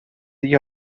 sich